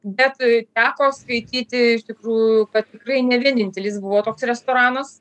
bet teko skaityti iš tikrųjų kad tikrai ne vienintelis buvo toks restoranas